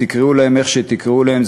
תקראו להם איך שתקראו להם,